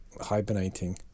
hibernating